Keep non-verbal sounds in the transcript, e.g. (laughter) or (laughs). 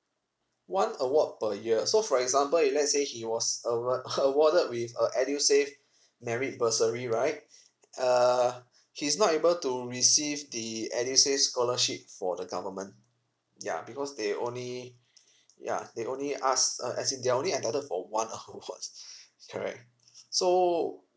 one award per year so for example if let's say he was award~ (laughs) awarded with uh edusave merit bursary right err he's not able to receive the edusave scholarship for the government ya because they only ya they only ask uh as in they are only entitled for one (laughs) award correct so